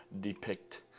depict